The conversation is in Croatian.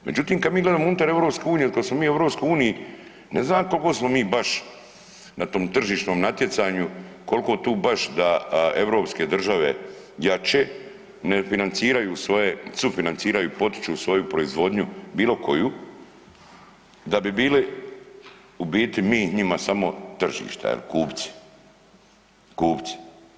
Međutim kad mi gledamo unutar EU od kad smo mi u EU ne znam ja koliko smo mi baš na tom tržišnom natjecanju koliko tu baš da europske države jače ne financiraju svoje, sufinanciraju i potiču svoju proizvodnju bilo koju da bi bili u biti mi njima samo tržište jel, kupci, kupci.